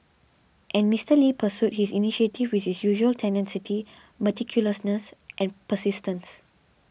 and Mister Lee pursued this initiative with his usual tenacity meticulousness and persistence